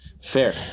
Fair